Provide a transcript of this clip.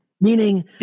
Meaning